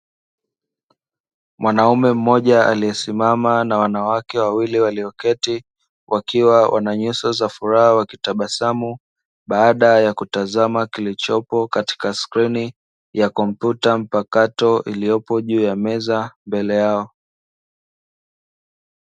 Mwanaume mmoja aliyesimama na wanawake wawili walioketi wakiwa na nyuso za furaha wakitabasamu, baada ya kutazama kilichopo katika skrini ya kompyuta mpakato iliyopo juu ya meza mbele yao.